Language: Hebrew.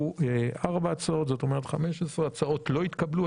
ארבע הצעות וזה אומר ש-15 הצעות לא התקבלו.